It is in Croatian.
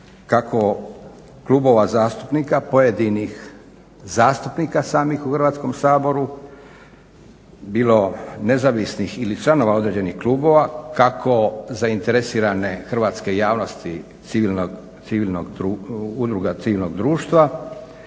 kako klubova zastupnika pojedinih zastupnika samih u Hrvatskom saboru, bilo nezavisnih ili članova određenih klubova, kako zainteresirane hrvatske javnosti Udruga civilnog društva.